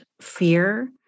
fear